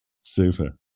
super